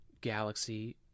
galaxy